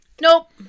Nope